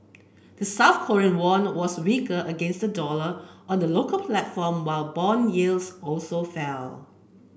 the South Korean won was weaker against the dollar on the local platform while bond yields also fell